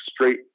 straight